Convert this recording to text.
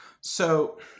So-